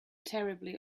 terribly